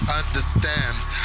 understands